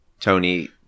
tony